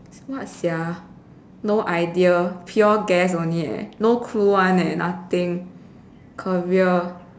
what sia no idea pure guess only leh no clue [one] leh nothing career